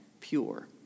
pure